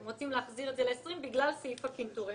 הם רוצים להחזיר את זה ל-20 בגלל סעיף הקנטור.